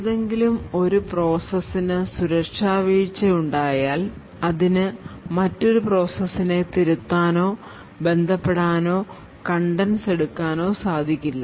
ഏതെങ്കിലും ഒരു പ്രോസസ്സിന് സുരക്ഷാ വീഴ്ച ഉണ്ടായാൽ അതിന് മറ്റൊരു ഒരു പ്രോസസ്സിന തിരുത്താനോ ബന്ധപ്പെടാനോ കണ്ടൻസ് എടുക്കാനോ സാധിക്കില്ല